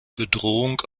bedrohung